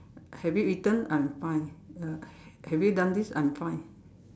have you eaten I'm fine uh have you done this I'm fine